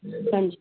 ਹਾਂਜੀ